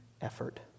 effort